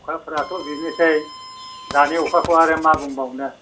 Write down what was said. अखाफोराथ' बिदिनोसै दानि अखाखौ आरो मा बुंबावनो